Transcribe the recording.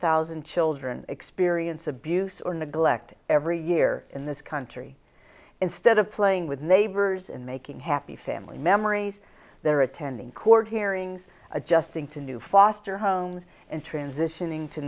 thousand children experience abuse or neglect every year in this country instead of playing with neighbors and making happy family memories there attending court hearings adjusting to new foster homes and transitioning to